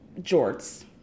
jorts